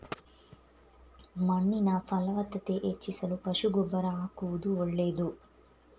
ಮಣ್ಣಿನ ಫಲವತ್ತತೆ ಹೆಚ್ಚಿಸಲು ಪಶು ಗೊಬ್ಬರ ಆಕುವುದು ಒಳ್ಳೆದು